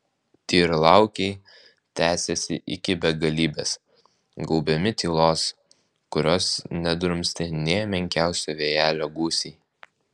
tyrlaukiai tęsėsi iki begalybės gaubiami tylos kurios nedrumstė nė menkiausio vėjelio gūsiai